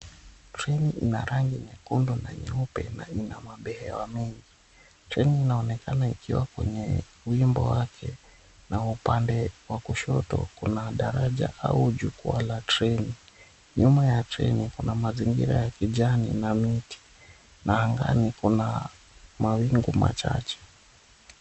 Treni ina rangi nyekundu na nyeupe na ina mabehewa mengi. Treni inaonekana ikiwa kwenye wimbo wake, na upande wa kushoto kuna daraja au jukwaa la treni. Nyuma ya treni kuna mazingira ya kijani na miti, na angani kuna mawingu machache.